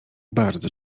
bardzo